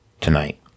tonight